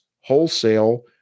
Wholesale